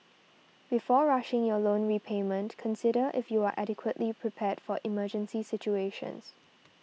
before rushing your loan repayment consider if you are adequately prepared for emergency situations